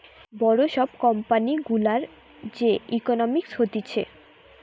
বড় সব কোম্পানি গুলার যে ইকোনোমিক্স হতিছে